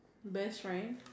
best friends